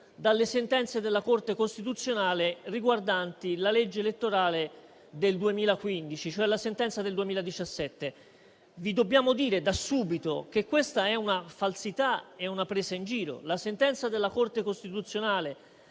dalle sentenze della Corte costituzionale riguardanti la legge elettorale del 2015. Mi riferisco alla sentenza del 2017. Vi dobbiamo dire da subito che questa è una falsità e una presa in giro. La sentenza della Corte costituzionale